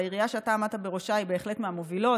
והעירייה שאתה עמדת בראשה היא בהחלט מהמובילות,